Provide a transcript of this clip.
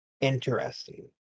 interesting